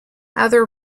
other